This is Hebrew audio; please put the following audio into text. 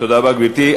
תודה רבה, גברתי.